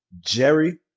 Jerry